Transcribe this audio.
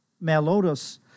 malodorous